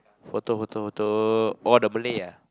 photo photo photo oh the Malay ah